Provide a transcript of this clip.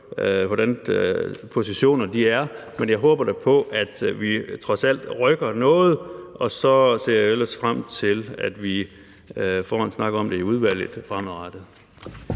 hvordan positionerne er, men jeg håber da på, at vi trods alt rykker noget. Og så ser jeg ellers frem til, at vi får en snak om det i udvalget fremadrettet.